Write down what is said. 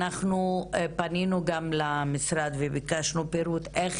אנחנו פנינו גם למשרד וביקשנו פירוט איך